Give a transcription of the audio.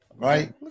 Right